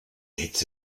hitze